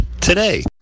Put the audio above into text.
today